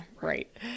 right